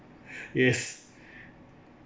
yes